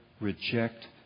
reject